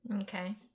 okay